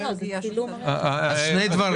שני דברים.